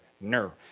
No